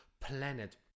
planet